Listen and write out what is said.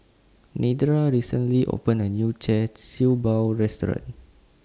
Nedra recently opened A New Char Siew Bao Restaurant